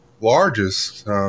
largest